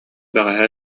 бэҕэһээ